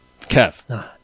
Kev